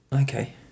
Okay